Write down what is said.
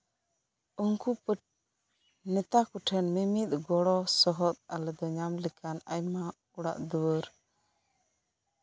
ᱩᱱᱠᱩ ᱯᱟᱹᱴᱷ ᱱᱮᱛᱟ ᱠᱚᱴᱷᱮᱱ ᱢᱤᱢᱤᱫ ᱜᱚᱲᱚ ᱥᱚᱦᱚᱫ ᱟᱞᱮ ᱫᱚ ᱧᱟᱢ ᱞᱮᱠᱟᱱ ᱟᱭᱢᱟ ᱚᱲᱟᱜ ᱫᱩᱣᱟᱹᱨ